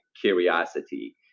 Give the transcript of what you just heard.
curiosity